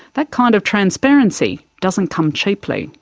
that kind of transparency doesn't come cheaply.